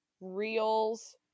reels